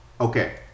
okay